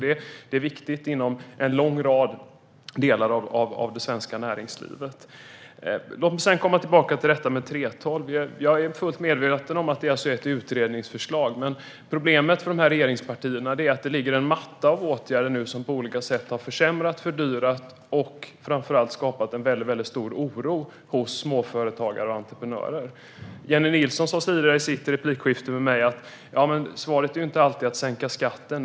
Detta är viktigt inom en lång rad delar av det svenska näringslivet. Låt mig nu komma tillbaka till detta med 3:12. Jag är fullt medveten om att det här är ett utredningsförslag, men problemet för dessa regeringspartier är att det ligger en matta av åtgärder som på olika sätt har försämrat, fördyrat och - framför allt - skapat en stor oro hos småföretagare och entreprenörer. Jennie Nilsson sa i sitt replikskifte med mig att svaret inte alltid är att sänka skatten.